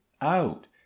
out